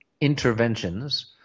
interventions